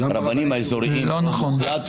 לרבנים האזוריים רוב מוחלט,